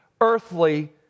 earthly